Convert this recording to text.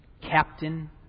captain